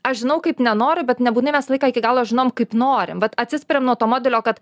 aš žinau kaip nenoriu bet nebūtinai mes visą laiką iki galo žinom kaip norim vat atsispiriam nuo to modelio kad